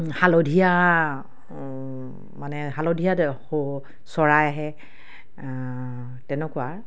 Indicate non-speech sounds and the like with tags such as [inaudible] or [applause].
হালধীয়া মানে হালধীয়া [unintelligible] চৰাই আহে তেনেকুৱা